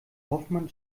hoffmann